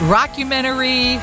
rockumentary